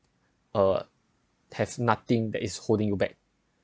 uh has nothing that is holding you back